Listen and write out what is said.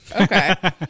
Okay